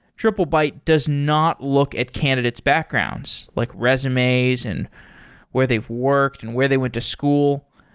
triplebyte does not look at candidate's backgrounds, like resumes and where they've worked and where they went to school.